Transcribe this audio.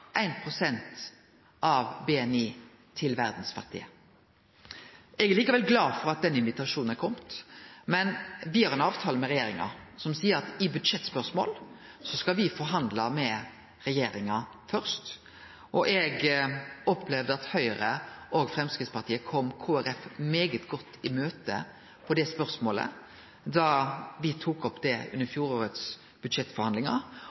1 pst. av BNI til verdas fattige. Eg er likevel glad for at den invitasjonen er komen. Men me har ein avtale med regjeringa som seier at i budsjettspørsmål skal me forhandle med regjeringa først. Eg opplevde at Høgre og Framstegspartiet kom Kristeleg Folkeparti svært godt i møte i det spørsmålet da vi tok det opp under